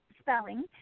spelling